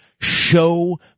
Show